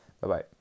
Bye-bye